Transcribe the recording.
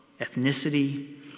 ethnicity